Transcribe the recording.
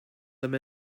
them